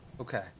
Okay